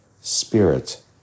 spirit